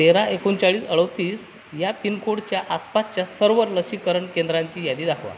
तेरा एकोणचाळीस अडोतीस या पिनकोडच्या आसपाचच्या सर्व लसीकरण केंद्रांची यादी दाखवा